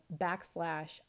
backslash